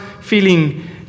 feeling